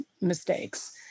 mistakes